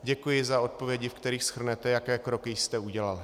Děkuji za odpovědi, ve kterých shrnete, jaké kroky jste udělal.